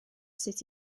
sut